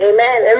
Amen